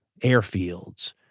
airfields